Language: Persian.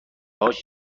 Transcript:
هاش